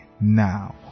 now